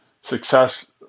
success